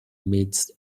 midst